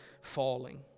falling